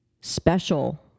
special